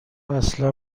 اصلا